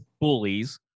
bullies